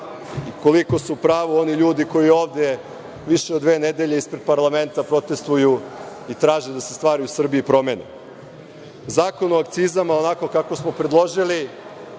i koliko su u pravu oni ljudi koji ovde više od dve nedelje ispred parlamenta protestuju i traže da se stvari u Srbiji promene? Zakon o akcizama, onako kako smo predložili,